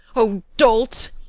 o dolt!